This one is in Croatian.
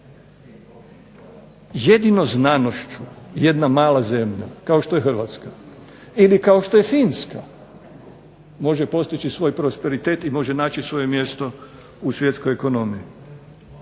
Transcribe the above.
Jedino znanošću jedna mala zemlja kao što je Hrvatska ili kao što je Finska može postići svoj prosperitet i može naći svoje mjesto u svjetskoj ekonomiji.